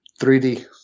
3D